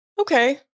Okay